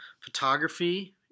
photography